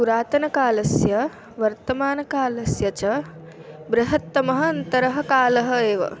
पुरातनकालस्य वर्तमानकालस्य च बृहत्तमः अन्तरः कालः एव